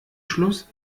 schluss